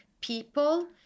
people